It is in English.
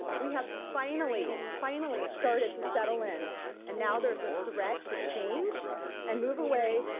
we have finally finally started to settle in and now there's a threat to change and move away,